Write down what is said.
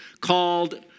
called